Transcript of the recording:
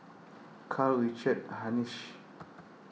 Karl Richard Hanitsch